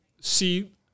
see